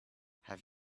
have